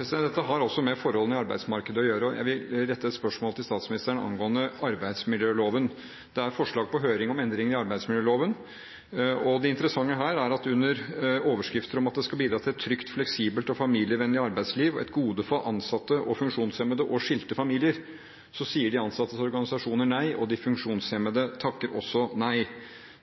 Dette har altså med forholdene i arbeidsmarkedet å gjøre, og jeg vil rette et spørsmål til statsministeren angående arbeidsmiljøloven. Det er forslag på høring om endringer i arbeidsmiljøloven, og det interessante her er at under overskrifter som at det skal bidra til et trygt, fleksibelt og familievennlig arbeidsliv og et gode for ansatte og funksjonshemmede og skilte familier, sier de ansattes organisasjoner nei, og de funksjonshemmede takker også nei.